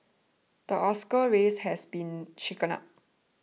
the Oscar race has been shaken up